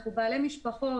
אנחנו בעלי משפחות.